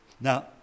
Now